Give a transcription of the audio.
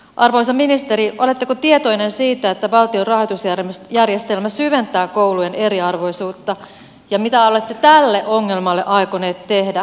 arvoisa ministeri oletteko tietoinen siitä että valtion rahoitusjärjestelmä syventää koulujen eriarvoisuutta ja mitä olette tälle ongelmalle aikonut tehdä